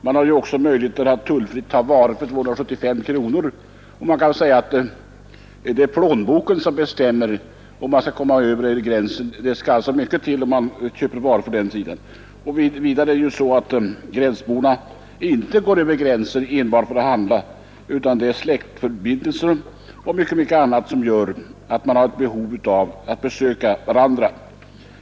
Man har också möjligheter att tullfritt ta med sig varor för 275 kronor, och det kan sägas att det är plånboken som bestämmer om man skall komma över gränsen — det skall mycket till för att man skall köpa varor för den summan. Gränsborna går heller inte över gränsen enbart för att handla, utan det är släktförbindelser och mycket annat som gör att man har behov av att besöka varandra.